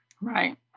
Right